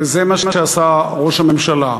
וזה מה שעשה ראש הממשלה.